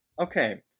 Okay